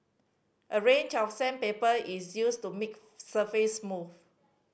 a range of sandpaper is used to make surface smooth